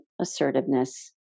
assertiveness